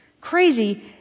Crazy